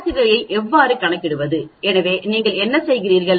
சராசரியை எவ்வாறு கணக்கிடுவது எனவே நீங்கள் என்ன செய்கிறீர்கள்